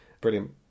brilliant